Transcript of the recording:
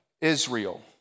Israel